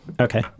Okay